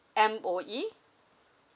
M_O_E